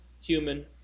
human